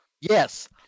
Yes